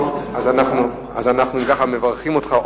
אם כך, אנחנו מברכים אותך.